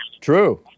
true